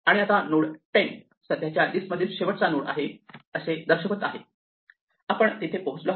आता node temp सध्याच्या लिस्टमधील शेवटचा नोड आहे असे दर्शवत आहे आपण तिथे पोहोचलो आहोत